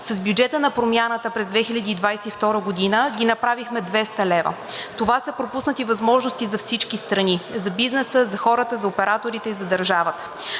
С бюджета на „Промяната“ през 2022 г. ги направихме 200 лв. Това са пропуснати възможности за всички страни – за бизнеса, за хората, за операторите и за държавата.